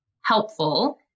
helpful